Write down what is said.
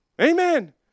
Amen